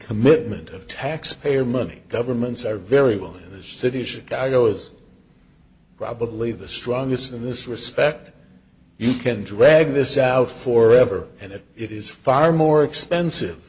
commitment of taxpayer money governments are very well in this city chicago's probably the strongest in this respect you can drag this out for ever and that it is far more expensive